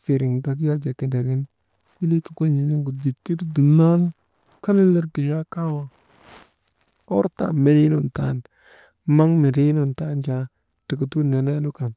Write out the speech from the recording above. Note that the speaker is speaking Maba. siriŋ gak ya jaa kindagin kolii kokon̰iinuŋgu dittir dumnan kaŋnun ner gin̰aa kaa waŋ hor tan meniinun tan maŋ mindrii nun tanu jaa tuŋutuu nanaynu kan.